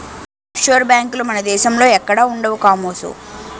offshore బేంకులు మన దేశంలో ఎక్కడా ఉండవు కామోసు